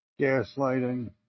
Gaslighting